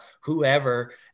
whoever